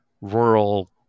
rural